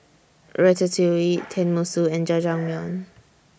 Ratatouille Tenmusu and Jajangmyeon